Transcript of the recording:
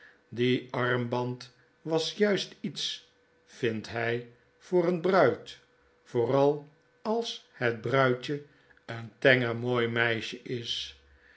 die armband was juist iets vindt hij voor eene bruid vooral als het bruidje een tenger mpoi meisje is